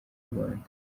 rwanda